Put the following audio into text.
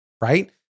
right